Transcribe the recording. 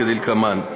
כדלקמן: